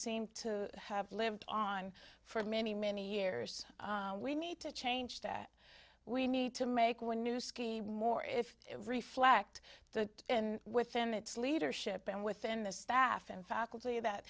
seemed to have lived on for many many years we need to change that we need to make when a new scheme or if it reflect the in within its leadership and within the staff and faculty that